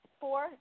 four